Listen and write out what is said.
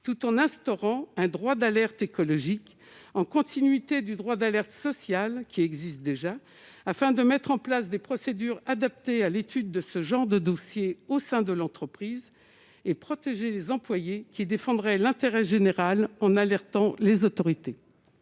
tout en instaurant un droit d'alerte écologique en continuité du droit d'alerte sociale qui existe déjà, afin de mettre en place des procédures adaptées à l'étude de ce genre de dossier au sein de l'entreprise et protéger les employées qui défendrait l'intérêt général en alertant les autorités.